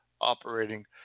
operating